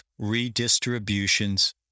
redistributions